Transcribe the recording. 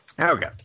okay